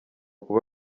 kuba